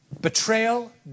betrayal